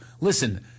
Listen